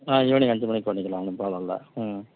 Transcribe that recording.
ஆ evening அஞ்சு மணிக்கு பண்ணிக்கலாம் ஒன்றும் பிராப்ளம் இல்லை ம்